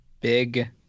big